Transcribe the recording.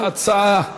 יש הצעה דומה,